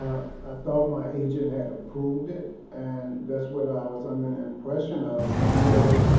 i thought my agent had approved it and that's what i was under the impression of, and so,